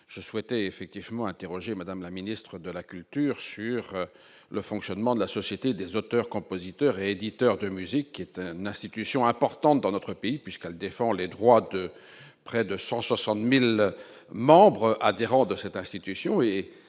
je souhaitais effectivement interroger Madame la ministre de la culture sur le fonctionnement de la Société des auteurs compositeurs et éditeurs de musique, qui est un institution importante dans notre pays puisqu'elle défend les droits de près de 160000 membres adhérents de cette institution